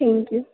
thank you